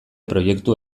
proiektu